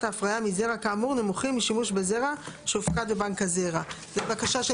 ההפריה מזרע כאמור נמוכים משימוש בזרע שהופקד בבנק הזרע; זו בקשה,